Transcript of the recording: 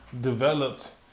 developed